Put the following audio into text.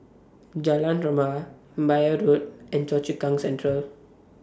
Jalan Rebana Imbiah Road and Choa Chu Kang Central